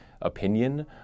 opinion